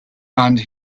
and